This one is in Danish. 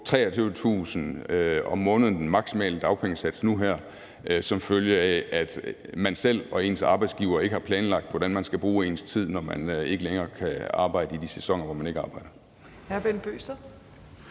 23.000 kr. om måneden i maksimal dagpengesats nu her, som følge af at man selv og ens arbejdsgiver ikke har planlagt, hvordan man skal bruge sin tid, når man ikke længere kan arbejde i de sæsoner, hvor man ikke arbejder.